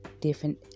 different